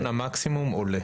מחיר מחירון המקסימום עולה.